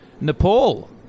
Nepal